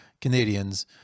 Canadians